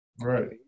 right